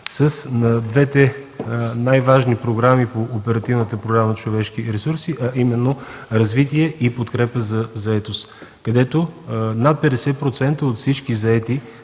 с двете най-важни програми по Оперативна програма „Човешки ресурси”, а именно „Развитие” и „Подкрепа за заетост”, където над 50% от всички заети